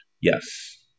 Yes